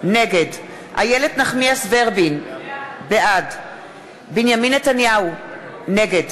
נגד איילת נחמיאס ורבין, בעד בנימין נתניהו, נגד